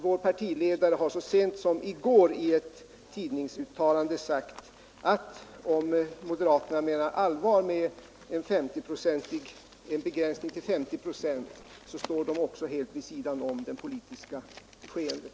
Vår partiledare har så sent som i går i ett tidningsuttalande sagt att om moderaterna menar allvar med en generell begränsning av marginalskatten till 50 procent, står de vid sidan av det politiska skeendet.